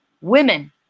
women